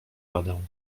radę